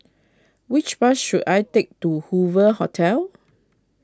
which bus should I take to Hoover Hotel